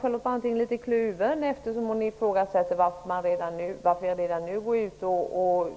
Charlotte Branting verkar dock vara litet kluven. Hon ifrågasätter ju varför vi redan nu